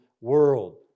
world